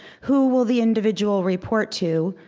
who will the individual report to?